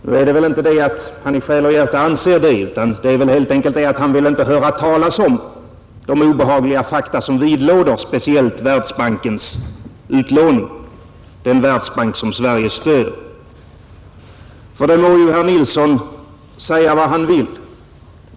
Nu är det väl inte så att han i själ och hjärta anser detta; han vill väl helt enkelt inte höra talas om de obehagliga fakta som vidlåder speciellt Världsbankens utlåning — den Världsbank som Sverige stöder. Herr Nilsson i Agnäs må säga vad han vill!